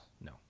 No